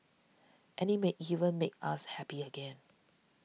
and it may even make us happy again